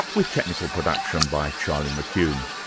with technical production by charlie mckune.